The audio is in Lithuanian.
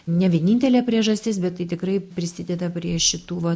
ne vienintelė priežastis bet tai tikrai prisideda prie šitų va